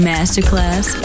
Masterclass